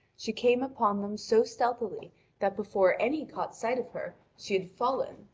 she came upon them so stealthily that before any caught sight of her, she had fallen,